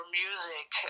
music